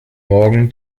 morgen